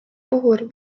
puhul